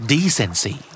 Decency